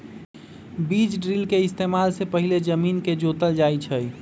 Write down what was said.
बीज ड्रिल के इस्तेमाल से पहिले जमीन के जोतल जाई छई